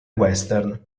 western